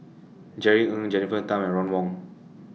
Jerry Ng Jennifer Tham and Ron Wong